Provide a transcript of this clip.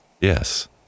Yes